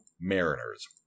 Mariners